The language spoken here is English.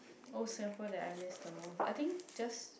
old Singapore that I miss the most I think just